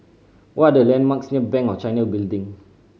what are the landmarks near Bank of China Building